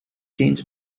change